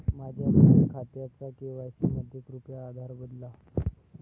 माझ्या बँक खात्याचा के.वाय.सी मध्ये कृपया आधार बदला